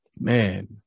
man